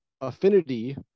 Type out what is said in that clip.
affinity